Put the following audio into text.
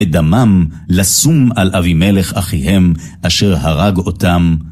את דמם לסום על אבימלך אחיהם, אשר הרג אותם.